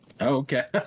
Okay